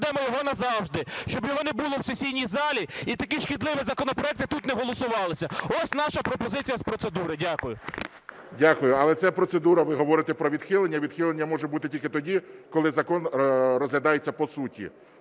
відкладемо його назавжди, щоб його не було в сесійній залі і такі шкідливі законопроекти тут не голосувалися. Ось наша пропозиція з процедури. Дякую. ГОЛОВУЮЧИЙ. Дякую. Але це процедура, ви говорите, про відхилення. Відхилення може бути тільки тоді, коли закон розглядається по суті.